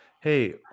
hey